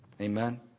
Amen